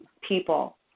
people